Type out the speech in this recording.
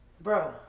Bro